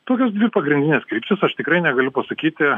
tokios dvi pagrindinės kryptys aš tikrai negaliu pasakyti